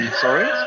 Sorry